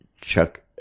Chuck